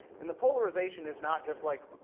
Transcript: and the polarization is not just like,